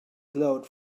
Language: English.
glowed